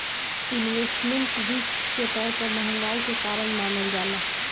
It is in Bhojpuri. इन्वेस्टमेंट रिस्क के तौर पर महंगाई के कारण मानल जाला